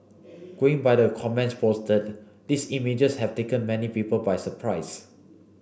going by the comments posted these images have taken many people by surprise